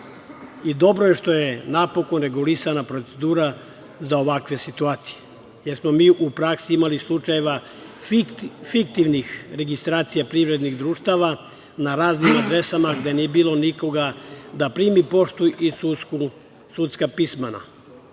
Dobro je što je napokon regulisana procedura za ovakve situacije jer smo mi u praksi imali slučajeva fiktivnih registracija privrednih društava na raznim adresama gde nije bilo nikoga da primi poštu i sudska pisma,